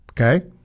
Okay